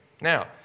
Now